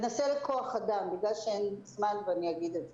בנושא כוח אדם, בגלל שאין זמן אגיד את זה,